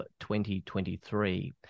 2023